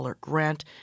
grant